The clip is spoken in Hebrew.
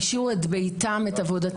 הן השאירו את ביתן, את עבודתן.